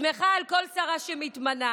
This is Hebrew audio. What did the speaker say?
שמחה על כל שרה שמתמנה.